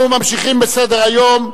אנחנו ממשיכים בסדר-היום: